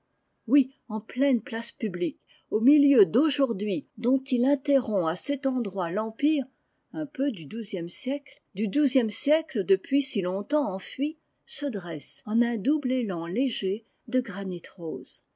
oui en pleine place publique au milieu d'aujourd'hui dont il interrompt à cet endroit l'empire un peu du xu siècle du xu siècle depuis si longtemps enfui se dresse en un double étan léger de granit rose